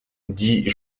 dit